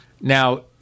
Now